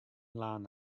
lân